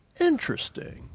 Interesting